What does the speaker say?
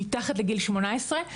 מתחת לגיל 18,